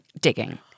digging